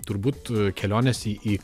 turbūt kelionės į į